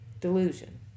Delusion